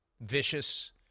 Vicious